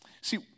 See